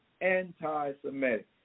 anti-Semitic